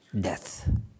death